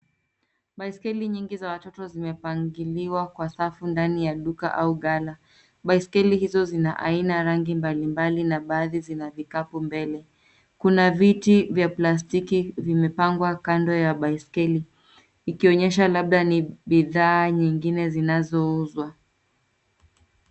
Baiskeli nyingi za watoto zimepangiliwa kwa safu ndani ya duka au ghala. Baiskeli hizo zina aina, rangi mbalimbali na baadhi zina vikapu mbele. Kuna viti vya plastiki vimepangwa kando ya baiskeli, ikionyesha labda ni bidhaa nyingine zinazouzwa.